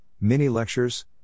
mini-lectures